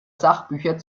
sachbücher